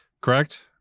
Correct